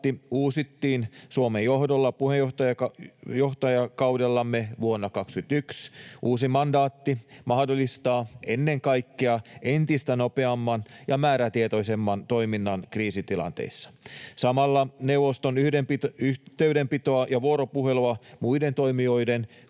uusittiin Suomen johdolla puheenjohtajakaudellamme vuonna 21. Uusi mandaatti mahdollistaa ennen kaikkea entistä nopeamman ja määrätietoisemman toiminnan kriisitilanteissa. Samalla neuvoston yhteydenpitoa ja vuoropuhelua muiden toimijoiden,